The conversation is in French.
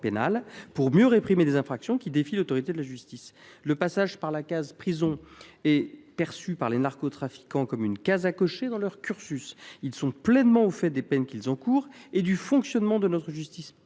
pour mieux réprimer des infractions qui défient l’autorité de la justice. Le passage par la prison est perçu par les narcotrafiquants comme une case à cocher dans leur cursus. Ils sont pleinement au fait des peines qu’ils encourent et du fonctionnement de notre justice